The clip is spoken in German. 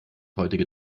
heutige